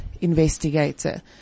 investigator